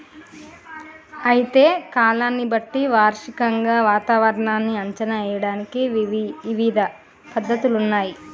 అయితే కాలాన్ని బట్టి వార్షికంగా వాతావరణాన్ని అంచనా ఏయడానికి ఇవిధ పద్ధతులున్నయ్యి